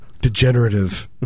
Degenerative